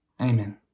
Amen